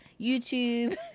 YouTube